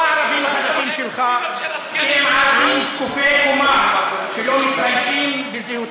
יש בעלות על הקרקע.